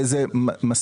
זה מספיק,